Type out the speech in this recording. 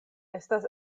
estas